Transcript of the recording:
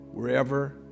wherever